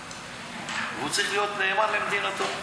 והוא צריך להיות נאמן למדינתו,